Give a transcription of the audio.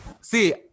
See